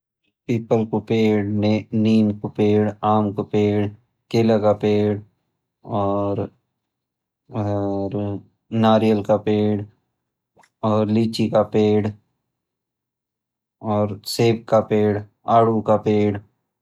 पीपल कु पेड नीम कु पेड आम कु पेड केले का पेड और नारियल का पेड लीची का पेड और सेब का पेड आडू का पेड।